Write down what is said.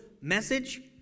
message